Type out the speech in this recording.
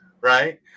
right